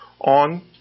on